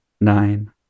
Nine